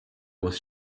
was